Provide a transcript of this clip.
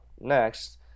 next